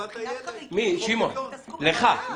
לך,